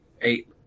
eight